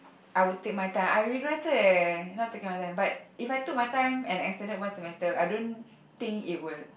I would take my time I regretted leh not taking my time but if I took my time and extended one semester I don't think it would